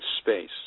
space